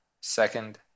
second